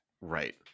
Right